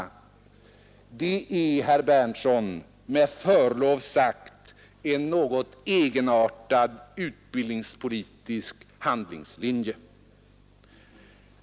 Detta förslag innebär, herr Berndtson, med förlov sagt en något egenartad utbildningspolitisk handlingslinje.